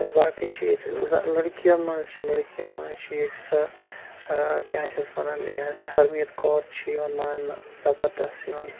تہٕ باقٕے چھِ ییٚتہِ چھِ لٔڑکِیَن منٛز چھِ لٔڑکِیَن منٛز چھِ ییٚتہِ چھِ سۄ کیاہ چھِس ونان حظ ہرمیٖت کور چھِ یوان ماننہٕ زَبردست یِوان